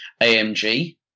AMG